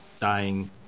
dying